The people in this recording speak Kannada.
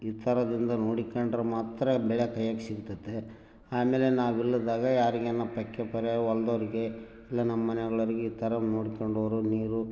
ಈ ತರದಿಂದ ನೋಡಿಕೊಂಡ್ರೆ ಮಾತ್ರ ಬೆಳೆ ಕೈಯಾಗೆ ಸಿಗ್ತದೆ ಆಮೇಲೆ ನಾವಿಲ್ಲದಾಗ ಯಾರಿಗೇನು ಪಕ್ಕೆ ಪರೇ ಹೊಲ್ದವ್ರಿಗೆ ಇಲ್ಲ ನಮ್ಮ ಮನೆಯಾಗ್ಳರಿಗೆ ಈ ಥರ ನೋಡ್ಕೊಂಡೋರು ನೀರು